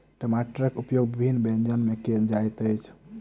टमाटरक उपयोग विभिन्न व्यंजन मे कयल जाइत अछि